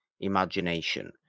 imagination